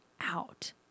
out